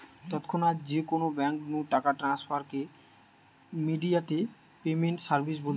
তৎক্ষণাৎ যে কোনো বেঙ্ক নু টাকা ট্রান্সফার কে ইমেডিয়াতে পেমেন্ট সার্ভিস বলতিছে